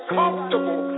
comfortable